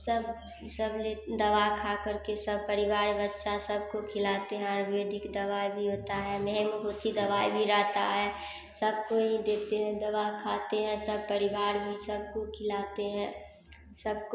सब दबा खा कर के सब परिवार बच्चा सब को खिलाते हैं आयुर्वेदिक दवाई भी होता है हेमोपेथी दवाई भी रहता है सब को देते हैं दबा खाते हैं सब परिवार भी सब को खिलाते हैं सबको